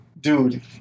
Dude